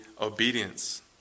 obedience